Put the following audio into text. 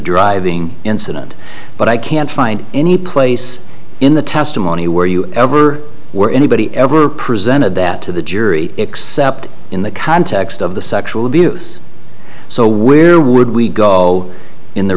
driving incident but i can't find any place in the testimony where you ever were anybody ever presented that to the jury except in the context of the sexual abuse so where would we go in the